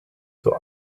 zur